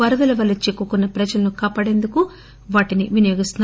వరదల వల్ల చిక్కుకున్న ప్రజలను కాపాడేందుకు వాటిని వినియోగిస్తున్నారు